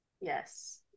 Yes